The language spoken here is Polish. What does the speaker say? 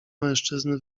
mężczyzny